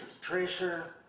tracer